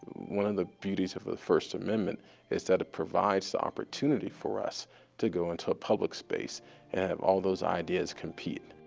one of the beauties of the first amendment is that it provides the opportunity for us to go into a public space and have all those ideas compete.